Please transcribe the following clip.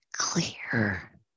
clear